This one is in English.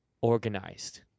organized